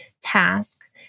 task